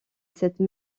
cette